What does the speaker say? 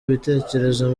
ibitekerezo